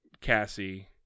cassie